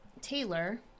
taylor